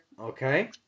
Okay